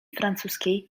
francuskiej